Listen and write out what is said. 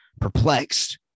perplexed